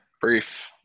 brief